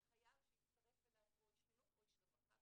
אתה חייב שיצטרף אליו או איש חינוך או איש רווחה,